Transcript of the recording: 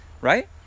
right